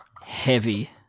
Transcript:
Heavy